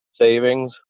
savings